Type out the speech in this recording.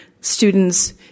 students